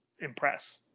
impress